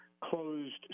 closed